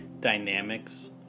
Dynamics